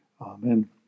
Amen